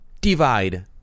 divide